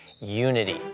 unity